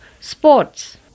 sports